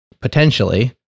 potentially